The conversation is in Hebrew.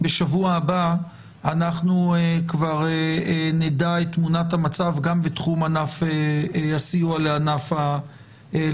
אנחנו כבר נדע את תמונת המצב גם בתחום הסיוע לענף התעופה,